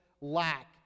lack